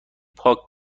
پاک